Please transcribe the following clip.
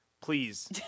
please